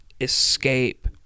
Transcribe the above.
escape